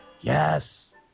Yes